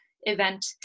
event